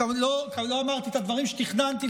לא אמרתי את הדברים שתכננתי,